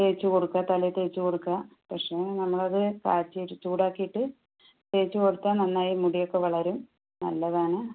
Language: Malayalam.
തേച്ച് കൊടുക്കുക തലയിൽ തേച്ച് കൊടുക്കുക പക്ഷെ നമ്മളത് കാച്ചിയ ചൂടാക്കീട്ട് തേച്ച് കൊടുത്താൽ നന്നായി മുടി ഒക്കെ വളരും നല്ലതാണ്